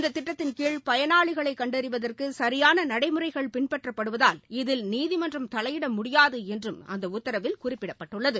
இந்த திட்டத்தின்கீழ் பயனாளிகளை கண்டறிவதற்கு சரியான நடைமுறைகள் பின்பற்றப்படுவதால் இதில் நீதிமன்றம் தலையிட முடியாது என்றும் அந்த உத்தரவில் குறிப்பிடப்பட்டுள்ளது